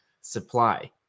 supply